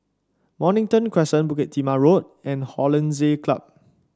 Mornington Crescent Bukit Timah Road and Hollandse Club